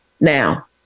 Now